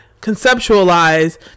conceptualize